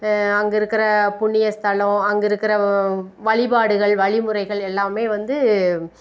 அங்கே இருக்கிற புண்ணிய ஸ்தலம் அங்கே இருக்கிற வழிபாடுகள் வழிமுறைகள் எல்லாமே வந்து